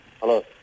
Hello